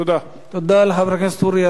תודה לחבר הכנסת אורי אריאל.